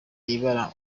ibara